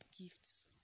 gifts